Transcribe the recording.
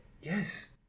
Yes